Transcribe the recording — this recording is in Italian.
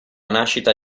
nascita